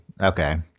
okay